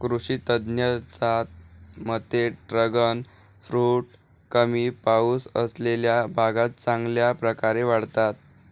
कृषी तज्ज्ञांच्या मते ड्रॅगन फ्रूट कमी पाऊस असलेल्या भागात चांगल्या प्रकारे वाढतात